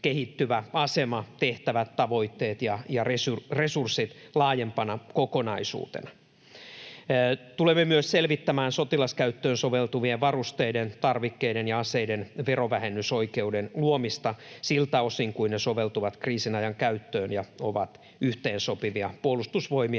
kehittyvä asema, tehtävät, tavoitteet ja resurssit laajempana kokonaisuutena. Tulemme myös selvittämään sotilaskäyttöön soveltuvien varusteiden, tarvikkeiden ja aseiden verovähennysoikeuden luomista siltä osin kuin ne soveltuvat kriisinajan käyttöön ja ovat yhteensopivia Puolustusvoimien